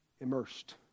immersed